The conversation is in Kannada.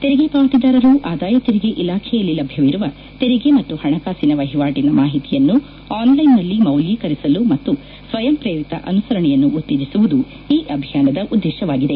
ತೆರಿಗೆ ಪಾವತಿದಾರರು ಆದಾಯ ತೆರಿಗೆ ಇಲಾಖೆಯಲ್ಲಿ ಲಭ್ಯವಿರುವ ತೆರಿಗೆ ಮತ್ತು ಹಣಕಾಸಿನ ವಹಿವಾಟಿನ ಮಾಹಿತಿಯನ್ನು ಆನ್ಲೈನ್ನಲ್ಲಿ ಮೌಲ್ಯೀಕರಿಸಲು ಮತ್ತು ಸ್ವಯಂಪ್ರೇರಿತ ಅನುಸರಣೆಯನ್ನು ಉತ್ತೇಜಿಸುವುದು ಇ ಅಭಿಯಾನದ ಉದ್ದೇಶವಾಗಿದೆ